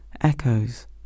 echoes